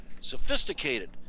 sophisticated